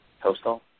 Postal